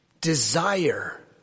desire